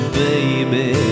baby